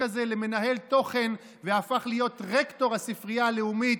כזה למנהל תוכן והפך להיות רקטור הספרייה הלאומית,